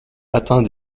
atteint